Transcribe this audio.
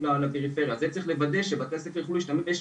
צריך לוודא שבתי ספר יוכלו להשתמש,